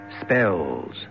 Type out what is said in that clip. spells